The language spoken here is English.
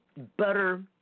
Butter